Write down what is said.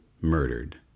murdered